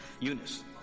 Eunice